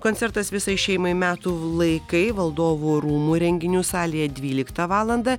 koncertas visai šeimai metų laikai valdovų rūmų renginių salėje dvyliktą valandą